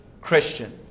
Christian